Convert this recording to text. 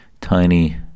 tiny